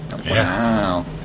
Wow